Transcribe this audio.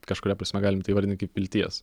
kažkuria prasme galim tai įvardint kaip vilties